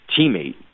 teammate